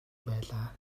байлаа